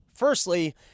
Firstly